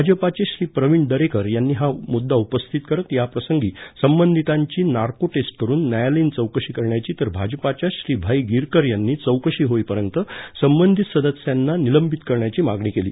भाजपाचे श्री प्रवीण दरेकर यांनी हा मुद्दा उपस्थित करत याप्रकरणी संबंधितांची नार्को टेस्ट करून न्यायालयीन चौकशी करण्याची तर भाजपाच्याच श्री भाई गिरकर यांनी चौकशी होईपर्यंत संबंधित सदस्यांना निलंबित करण्याची मागणी केली